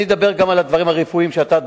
אני אדבר גם על הדברים הרפואיים שאתה,